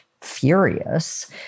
furious